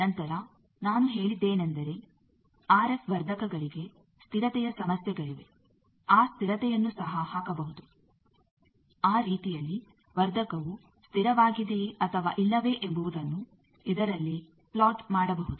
ನಂತರ ನಾನು ಹೇಳಿದ್ದೇನೆಂದರೆ ಆರ್ಎಫ್ ವರ್ಧಕಗಳಿಗೆ ಸ್ಥಿರತೆಯ ಸಮಸ್ಯೆಗಳಿವೆ ಆ ಸ್ಥಿರತೆಯನ್ನು ಸಹ ಹಾಕಬಹುದು ಆ ರೀತಿಯಲ್ಲಿ ವರ್ಧಕವು ಸ್ಥಿರವಾಗಿದೆಯೇ ಅಥವಾ ಇಲ್ಲವೇ ಎಂಬುವುದನ್ನು ಇದರಲ್ಲಿ ಪ್ಲಾಟ್ ಮಾಡಬಹುದು